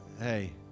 hey